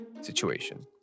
situation